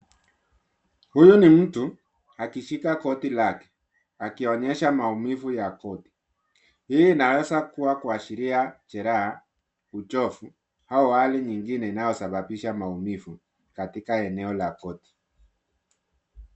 Huyu ni mtu akishika goti lake akionyesha maumivu ya goti. Hii inaweza kuwa kuashiria jeraha, uchovu au hali nyingine inayo sababisha maumivu katika eneo la goti.